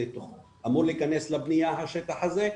זה אמור להיכנס לבנייה בשטח הזה,